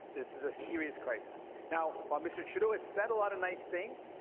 this is a serious crisis. now, while mr. trudeau has said a lot of nice things,